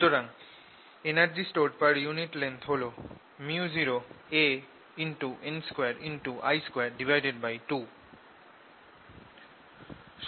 সুতরাং energy stored per unit length হল µ0an2I22